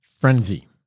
frenzy